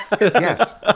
Yes